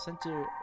Center